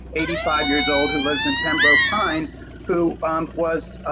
eighty five years old who lives in pembroke pines who was